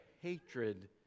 hatred